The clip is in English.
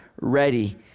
ready